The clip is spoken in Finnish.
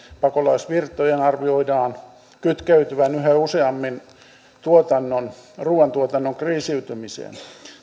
pakolaisvirtojen arvioidaan kytkeytyvän yhä useammin ruuantuotannon kriisiytymiseen